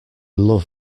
love